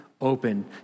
open